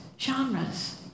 genres